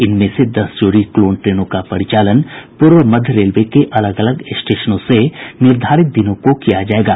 इनमें से दस जोड़ी क्लोन ट्रेनों का परिचालन पूर्व मध्य रेलवे के अलग अलग स्टेशनों से निर्धारित दिनों को किया जायेगा